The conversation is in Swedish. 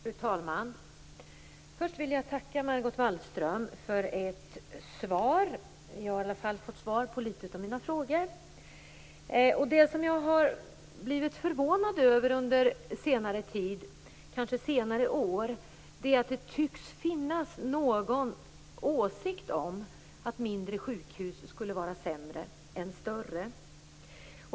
Fru talman! Först vill jag tacka Margot Wallström för svaret. Jag har i alla fall fått svar på några av mina frågor. Vad jag under senare år har blivit förvånad över är den åsikt som tycks finnas, nämligen att mindre sjukhus skulle vara sämre än större.